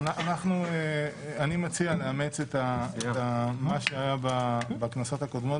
אני מציע לאמץ את מה שהיה בכנסות הקודמות